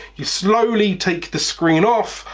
you slowly take the screen off.